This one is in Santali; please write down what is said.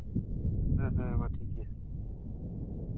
ᱦᱮᱸ ᱦᱮᱸ ᱢᱟ ᱴᱷᱤᱠ ᱜᱮᱭᱟ